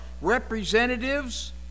representatives